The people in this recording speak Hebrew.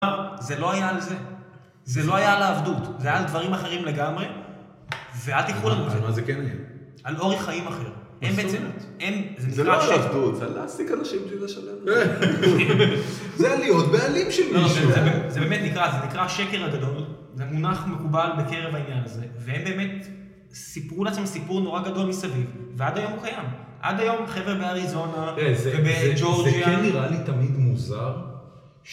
זה לא היה על זה. זה לא היה על העבדות, זה היה על דברים אחרים לגמרי, ואל תקחו לנו את זה - על מה זה כן היה? - על אורח חיים אחר - זה לא על עבדות, זה על להעסיק אנשים בלי לשלם להם - זה על להיות בעלים של מישהו - זה באמת נקרא השקר הגדול, זה מונח מקובל בקרב העניין הזה, והם באמת סיפרו לעצם סיפור נורא גדול מסביב ועד היום הוא קיים, עד היום חבר'ה באריזונה ובג'ורגיה... - זה כן נראה לי תמיד מוזר...